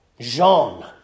Jean